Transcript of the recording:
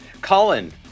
Colin